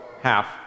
half